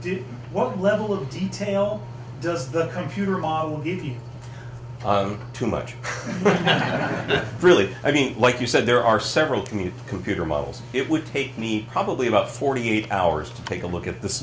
did what level of detail does the computer model give you too much really i mean like you said there are several commute computer models it would take me probably about forty eight hours to take a look at th